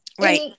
right